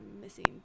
missing